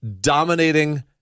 dominating